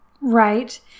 Right